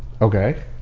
Okay